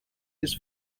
his